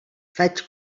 faig